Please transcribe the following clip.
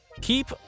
keep